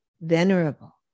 venerable